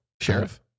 Sheriff